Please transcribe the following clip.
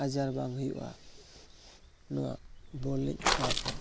ᱟᱡᱟᱨ ᱵᱟᱝ ᱦᱩᱭᱩᱜᱼᱟ ᱱᱚᱣᱟ ᱵᱚᱞ ᱮᱱᱮᱡ ᱛᱟᱞᱟᱛᱮ